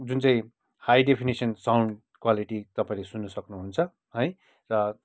जुन चाहिँ high definition sound quality तपाईँले सुन्नु सक्नुहुन्छ है र